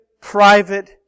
private